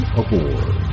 aboard